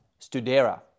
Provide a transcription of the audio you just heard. studera